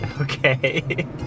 Okay